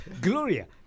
Gloria